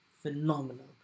phenomenal